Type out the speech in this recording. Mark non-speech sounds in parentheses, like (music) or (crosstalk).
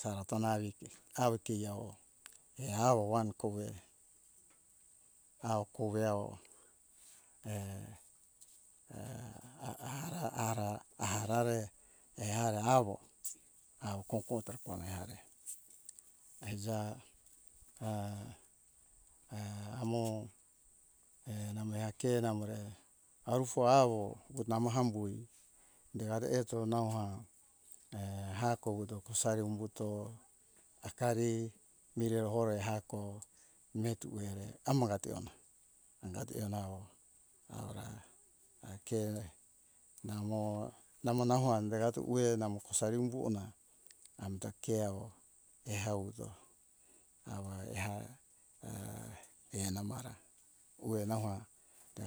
Saro tona iki awo ke awo eawo wan kove au kove awo (hesitation) ara ara ara harare e ara awo au kong kong tro pore are aija (hesitation) amo e namore ke namore arufo awo namo hambui dehare heto nauha (hesitation) akoudo kosari umbuto akari mire hore hako metu ere amora tehona hangate onao aura a ke namo namo namo hande ato uwe namo kosari umbu ona amta ke awo ehawuto awa ea a ke (hesitation) namora ure nawa